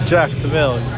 Jacksonville